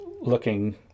looking